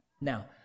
Now